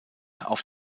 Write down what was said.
auf